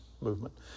movement